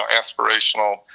aspirational